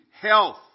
health